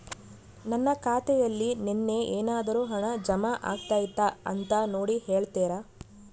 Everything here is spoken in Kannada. ನನ್ನ ಖಾತೆಯಲ್ಲಿ ನಿನ್ನೆ ಏನಾದರೂ ಹಣ ಜಮಾ ಆಗೈತಾ ಅಂತ ನೋಡಿ ಹೇಳ್ತೇರಾ?